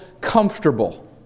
comfortable